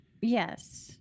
Yes